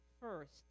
first